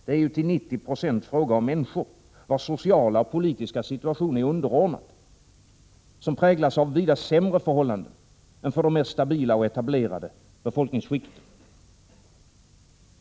Det är ju till 90 90 fråga om människor, vilkas sociala och politiska situation är underordnad och präglad av vida sämre förhållanden än för de mer stabila och etablerade befolkningsskikten.